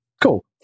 Cool